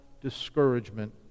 discouragement